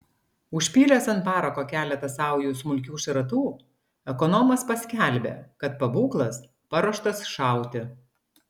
užpylęs ant parako keletą saujų smulkių šratų ekonomas paskelbė kad pabūklas paruoštas šauti